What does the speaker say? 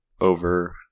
over